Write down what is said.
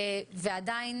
ועדיין,